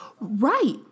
Right